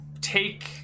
take